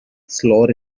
slower